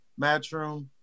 Matchroom